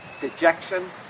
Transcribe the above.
dejection